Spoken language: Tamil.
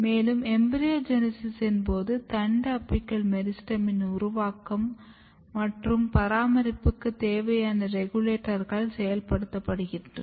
மேலும் எம்பிரியோஜெனிசிஸ்ஸின் போது தண்டு அபிக்கல் மெரிஸ்டெமின் உருவாக்கம் மற்றும் பராமரிப்புக்கு தேவையான ரெகுலேட்டர்கள் செயல்படுத்தப்படுகிறது